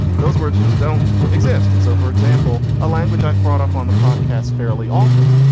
those words just don't exist. and so for example a language i've brought up on the podcast fairly often.